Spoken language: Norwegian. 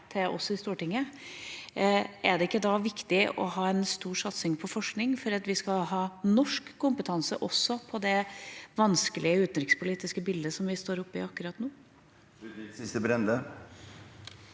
til oss i Stortinget, er det ikke da viktig å ha en stor satsing på forskning for at vi skal ha norsk kompetanse også i det vanskelige utenrikspolitiske bildet som vi står oppe i akkurat nå?